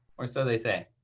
or so they say.